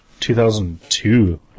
2002